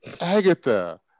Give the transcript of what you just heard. Agatha